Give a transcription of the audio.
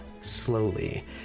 slowly